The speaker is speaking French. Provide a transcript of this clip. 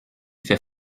fait